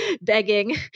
begging